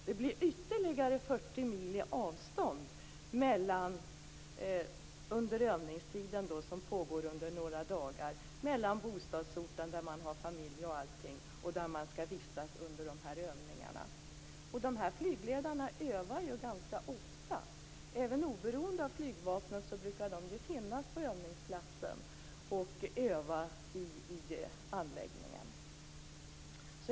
Det blir ytterligare 40 mil i avstånd under övningen, som pågår i några dagar, mellan bostadsorten där man har familj m.m. och den ort där man skall vistas under övningarna. Dessa flygledare övar dessutom ganska ofta. Även oberoende av flygvapnet brukar de finnas på övningsplatsen och öva i anläggningen.